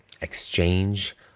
exchange